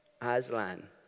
Aslan